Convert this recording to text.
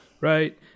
right